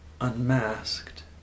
unmasked